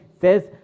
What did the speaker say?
says